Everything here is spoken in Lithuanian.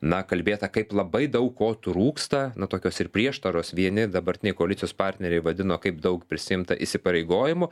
na kalbėta kaip labai daug ko trūksta na tokios ir prieštaros vieni dabartiniai koalicijos partneriai vadino kaip daug prisiimta įsipareigojimų